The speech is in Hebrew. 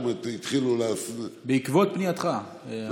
בעקבות פנייתך.